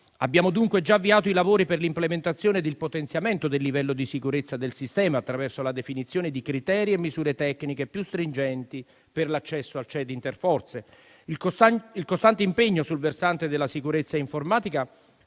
Abbiamo dunque già avviato i lavori per l'implementazione e il potenziamento del livello di sicurezza del sistema attraverso la definizione di criteri e misure tecniche più stringenti per l'accesso al CED Interforze. Il costante impegno sul versante della sicurezza informatica